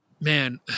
man